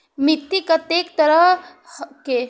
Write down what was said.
मिट्टी कतेक तरह के?